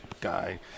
guy